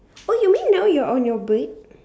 oh you mean now you're on your break